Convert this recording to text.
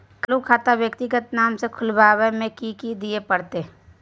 चालू खाता व्यक्तिगत नाम से खुलवाबै में कि की दिये परतै?